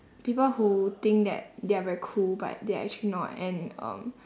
people who think that they are very cool but they are actually not and um